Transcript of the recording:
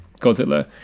Godzilla